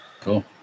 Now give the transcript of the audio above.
Cool